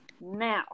Now